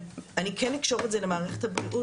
אני כן אקשור את זה למערכת הבריאות